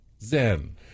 Zen